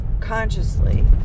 consciously